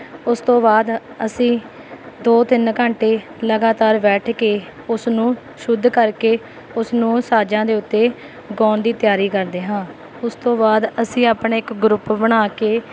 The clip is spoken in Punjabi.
ਉਸ ਤੋਂ ਬਾਅਦ ਅਸੀਂ ਦੋ ਤਿੰਨ ਘੰਟੇ ਲਗਾਤਾਰ ਬੈਠ ਕੇ ਉਸਨੂੰ ਸ਼ੁੱਧ ਕਰਕੇ ਉਸਨੂੰ ਸਾਜ਼ਾਂ ਦੇ ਉੱਤੇ ਗਾਉਣ ਦੀ ਤਿਆਰੀ ਕਰਦੇ ਹਾਂ ਉਸ ਤੋਂ ਬਾਅਦ ਅਸੀਂ ਆਪਣਾ ਇੱਕ ਗਰੁੱਪ ਬਣਾ ਕੇ